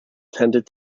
tended